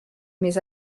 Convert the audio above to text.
mes